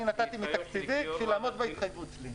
נתתי מתקציבי כדי לעמוד בהתחייבות שלי.